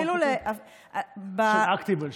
של אקטימל?